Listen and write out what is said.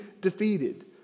defeated